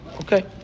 Okay